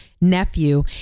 nephew